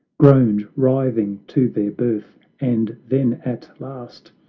groaned, writhing to their birth and then at last,